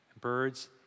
birds